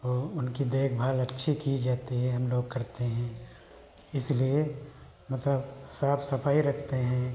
और उनकी देखभाल अच्छी की जाती है हमलोग करते हैं इसलिए मतलब साफ़ सफ़ाई रखते हैं